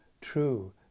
true